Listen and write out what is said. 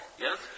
yes